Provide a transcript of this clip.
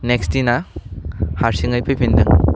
next दिना हारसिङै फैफिनथारबाय